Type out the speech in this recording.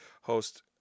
host